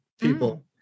people